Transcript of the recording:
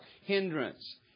Hindrance